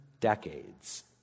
decades